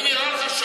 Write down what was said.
אני נראה לך שבור?